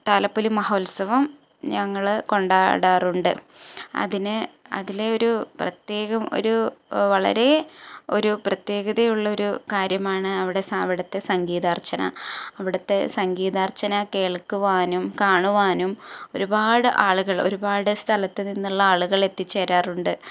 താലപ്പൊലി മഹോത്സവം ഞങ്ങൾ കൊണ്ടാടാറുണ്ട് അതിന് അതിൽ ഒരു പ്രത്യേകം ഒരു വളരെ ഒരു പ്രത്യേകതയുള്ള ഒരു കാര്യമാണ് അവിടെ അവിടുത്തെ സംഗീതാർച്ചന അവിടുത്തെ സംഗീതാർച്ചന കേൾക്കുവാനും കാണുവാനും ഒരുപാട് ആളുകൾ ഒരുപാട് സ്ഥലത്ത് നിന്നുള്ള ആളുകൾ എത്തിച്ചേരാറുണ്ട്